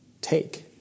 take